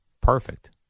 Perfect